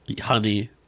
honey